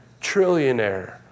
trillionaire